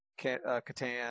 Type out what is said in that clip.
Catan